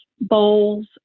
bowls